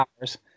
hours